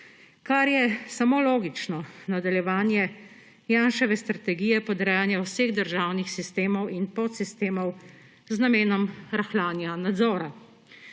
kar je samo logično nadaljevanje Janševe strategije podrejanja vseh državnih sistemov in podsistemov z namenom rahljanja nadzora.